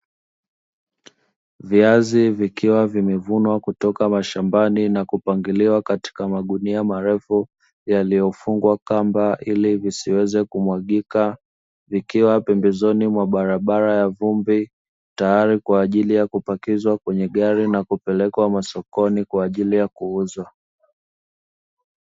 Viazi vikiwa vimevunwa kutoka mashambani na kupangiliwa katika magunia marefu yaliyofungwa kamba ili visiweze kumwagika, vikiwa pembezoni mwa barabara ya vumbi, tayari kwa ajili ya kupakizwa kwenye gari nakupelekwa masokoni kwa ajili ya kuuzwa.